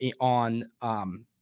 on –